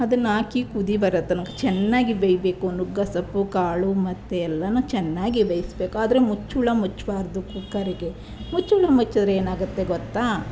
ಅದನ್ನು ಹಾಕಿ ಕುದಿ ಬರೋ ತನಕ ಚೆನ್ನಾಗಿ ಬೇಯಿಸ್ಬೇಕು ನುಗ್ಗೆ ಸೊಪ್ಪು ಕಾಳು ಮತ್ತೆಲ್ಲನೂ ಚೆನ್ನಾಗಿ ಬೇಯಿಸಬೇಕು ಆದರೆ ಮುಚ್ಚಳ ಮುಚ್ಚಬಾರ್ದು ಕುಕ್ಕರಿಗೆ ಮುಚ್ಚಳ ಮುಚ್ಚಿದ್ರೆ ಏನಾಗುತ್ತೆ ಗೊತ್ತಾ